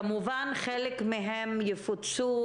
כמובן שחלק מהן יפוצו,